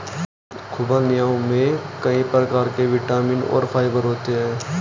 ख़ुबानियों में कई प्रकार के विटामिन और फाइबर होते हैं